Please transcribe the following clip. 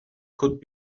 could